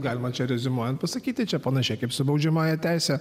galima čia reziumuojant pasakyti čia panašiai kaip su baudžiamąja teise